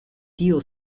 tío